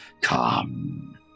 come